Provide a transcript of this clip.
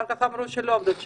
אחר כך אמרו שלא עובדות בשבת.